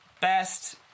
Best